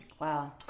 wow